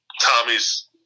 tommy's